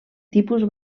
tipus